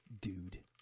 Dude